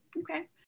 Okay